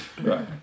right